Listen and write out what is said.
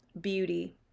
beauty